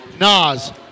Nas